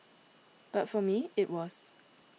but for me it was